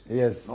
yes